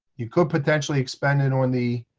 you could potentially expend it on the